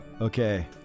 Okay